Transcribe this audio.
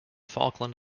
falkland